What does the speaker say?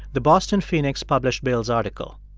the boston phoenix published bill's article.